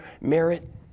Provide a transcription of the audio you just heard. merit